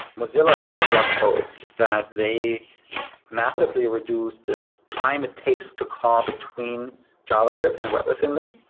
mozilla had a blog post that they massively reduced the time it takes to call between javascript and web assembly,